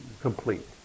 complete